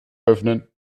öffnen